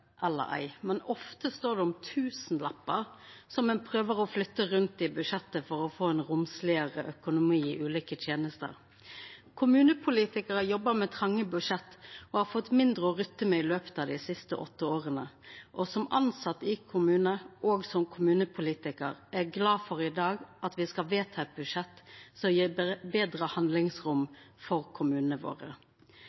eller ei, men ofte står det om tusenlappar som ein prøver å flytta rundt i budsjettet for å få ein romslegare økonomi i ulike tenester. Kommunepolitikarar jobbar med tronge budsjett og har fått mindre å rutta med i løpet av dei siste åtte åra, og som tilsett i ein kommune og som kommunepolitikar er eg glad for at me i dag skal vedta eit budsjett som gjev betre handlingsrom